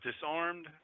disarmed